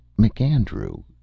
McAndrew